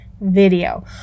Video